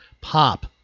Pop